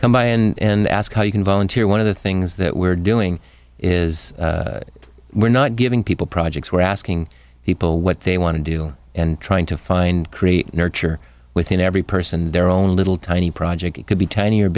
come by and ask how you can volunteer one of the things that we're doing is we're not giving people projects we're asking people what they want to deal and trying to find create nurture within every person their own little tiny project it could be tiny